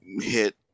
hit